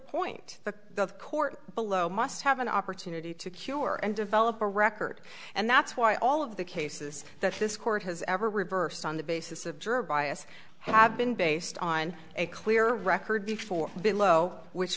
point that the court below must have an opportunity to cure and develop a record and that's why all of the cases that this court has ever reversed on the basis of jerk bias have been based on a clear record before below which